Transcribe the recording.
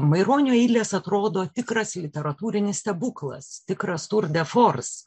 maironio eiles atrodo tikras literatūrinis stebuklas tikras tur de fors